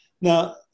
Now